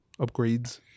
Upgrades